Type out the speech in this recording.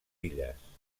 illes